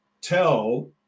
tell